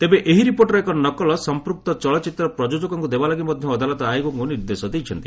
ତେବେ ଏହି ରିପୋର୍ଟର ଏକ ନକଲ ସମ୍ପୁକ୍ତ ଚଳଚ୍ଚିତ୍ର ପ୍ରଯୋଜକଙ୍କୁ ଦେବାଲାଗି ମଧ୍ୟ ଅଦାଲତ ଆୟୋଗଙ୍କୁ ନିର୍ଦ୍ଦେଶ ଦେଇଛନ୍ତି